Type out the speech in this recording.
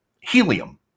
Helium